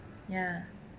ya